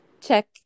check